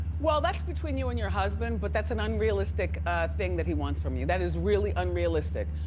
well, that's between you and your husband, but that's an unrealistic thing that he wants from you. that is really unrealistic,